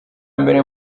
mbere